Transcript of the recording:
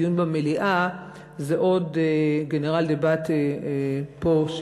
דיון במליאה זה עוד גנרל דבטה פה,